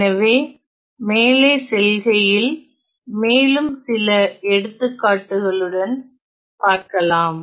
எனவே மேலே செல்கையில் மேலும் சில எடுத்துக்காட்டுகளுடன் பார்க்கலாம்